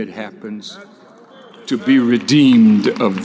it happens to be redeemed